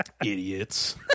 Idiots